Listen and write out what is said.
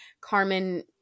Carmen